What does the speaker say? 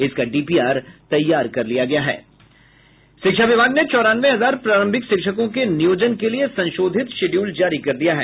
इसका डीपीआर तैयार कर लिया गया है शिक्षा विभाग ने चौरानवे हजार प्रारंभिक शिक्षकों के नियोजन के लिए संशोधित शिड्यूल जारी कर दिया है